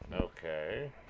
Okay